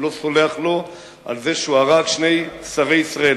הוא לא סולח לו על זה שהוא הרג שני שרי ישראל: